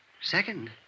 Second